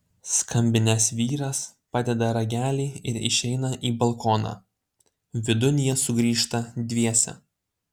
skambinęs vyras padeda ragelį ir išeina į balkoną vidun jie sugrįžta dviese